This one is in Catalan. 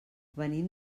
venim